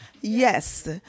yes